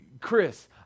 Chris